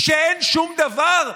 שאין שום דבר?